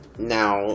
now